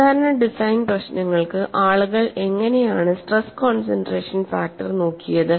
സാധാരണ ഡിസൈൻ പ്രശ്നങ്ങൾക്ക് ആളുകൾ എങ്ങനെയാണ് സ്ട്രെസ് കോൺസെൻട്രേഷൻ ഫാക്ടർ നോക്കിയത്